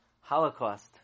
Holocaust